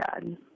God